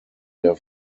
der